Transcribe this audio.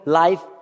life